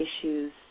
issues